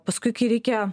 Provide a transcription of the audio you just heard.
paskui kai reikia